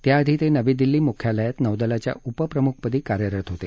त्याआधी ते नवी दिल्ली मुख्यालयात नौदलाच्या उपप्रमुख पदी कार्यरत होते